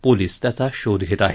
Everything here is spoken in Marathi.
पोलीस त्याचा शोध घेत आहेत